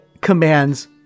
commands